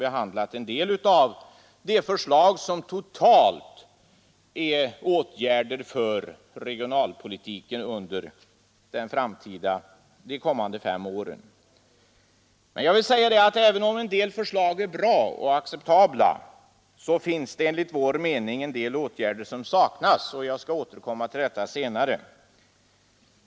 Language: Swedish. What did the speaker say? De omfattar tillsammans de åtgärder som totalt behövs i regionalpolitiken under de kommande fem åren. Men även om en del förslag är bra och acceptabla saknas det enligt vår mening en del åtgärder. Jag skall återkomma till detta senare.